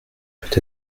peut